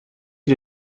you